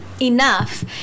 enough